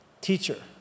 Teacher